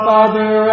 Father